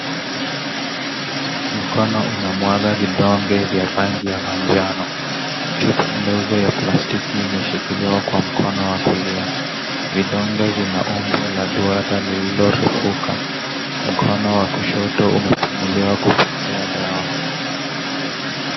Mkono unamwaga vidonge vya rangi ya manjano. Chupa ndogo ya plastiki Imeshikiliwa kwa mkono wa kulia. Vidonge vina umbo la duara lililo refuka. Mkono wa kushoto imefunguliwa kupokea dawa